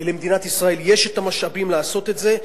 למדינת ישראל יש המשאבים לעשות את זה,